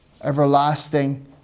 everlasting